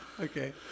Okay